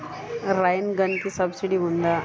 Rain గన్కి subsidy ఉందా?